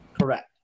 Correct